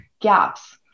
gaps